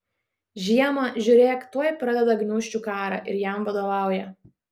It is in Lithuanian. žiemą žiūrėk tuoj pradeda gniūžčių karą ir jam vadovauja